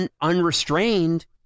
unrestrained